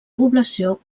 població